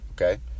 okay